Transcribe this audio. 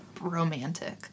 romantic